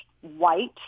white